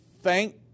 thank